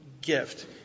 gift